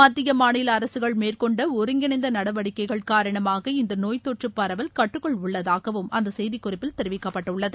மத்திய மாநில அரசுகள் மேற்கொண்ட ஒருங்கிணைந்த நடவடிக்கைகள் காரணமாக இந்த நோய் தொற்று பரவல் கட்டுக்குள் உள்ளதாகவும் அந்த செய்திக்குறிப்பில் தெரிவிக்கப்பட்டுள்ளது